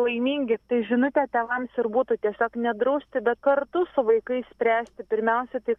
laimingi tai žinutė tėvams ir būtų tiesiog nedrausti bet kartu su vaikais spręsti pirmiausia tai